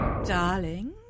Darling